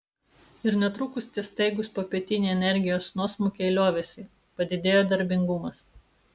ir netrukus tie staigūs popietiniai energijos nuosmukiai liovėsi padidėjo darbingumas